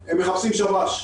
הם מחפשים שבש,